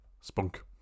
spunk